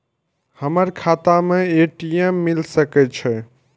हमर खाता में ए.टी.एम मिल सके छै?